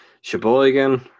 Sheboygan